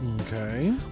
Okay